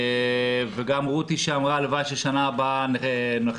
וגם רותי שאמרה שהלוואי שבשנה הבאה נכי